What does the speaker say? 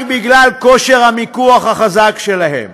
רק בגלל כושר המיקוח החזק שלהם.